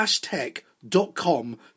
tech.com